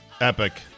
Epic